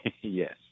Yes